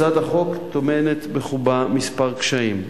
הצעת החוק טומנת בחובה כמה קשיים.